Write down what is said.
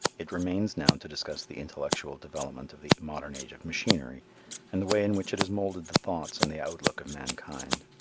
it remains now to discuss the intellectual development of the modern age of machinery and the way in which it has moulded the thoughts and the outlook of mankind.